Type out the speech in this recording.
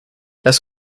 las